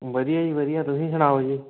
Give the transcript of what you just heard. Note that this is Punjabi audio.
ਵਧੀਆ ਜੀ ਵਧੀਆ ਤੁਸੀਂ ਸੁਣਾਓ ਜੀ